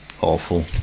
awful